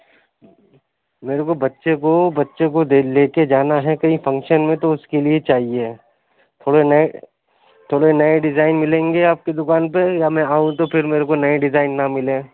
میرے کو بچے کو بچوں کو دے لے کے جانا ہے کہیں فنکشن میں تو اُس کے لیے چاہیے تھوڑا نئے تھوڑے نئے ڈیزائن ملیں گے آپ کی دُکان پہ یا میں آؤں تو پھر میرے کو نئے ڈیزائن نہ ملیں